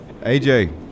AJ